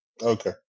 Okay